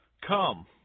Come